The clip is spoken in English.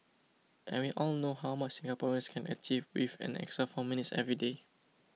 and we all know how much Singaporeans can achieve with an extra four minutes every day